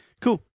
Cool